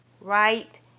right